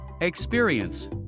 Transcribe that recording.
Experience